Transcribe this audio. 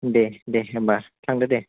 दे दे होनबा थांदो दे